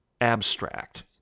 abstract